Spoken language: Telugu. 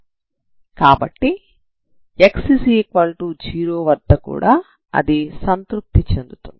కాబట్టి అది x0 వద్ద కూడా సంతృప్తి చెందుతుంది